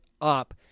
up